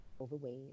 overweight